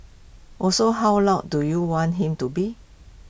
also how loud do you want him to be